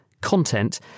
content